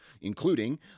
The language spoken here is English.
including